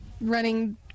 running